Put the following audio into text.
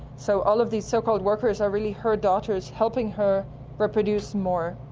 so all of these so-called workers are really her daughters helping her reproduce more.